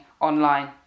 online